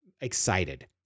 excited